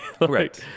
right